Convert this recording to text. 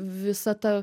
visa ta